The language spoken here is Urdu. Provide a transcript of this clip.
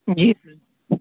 جی سر